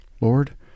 Lord